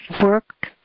work